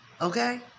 Okay